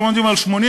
והם עומדים על 86%,